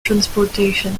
transportation